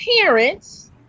parents